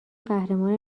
قهرمان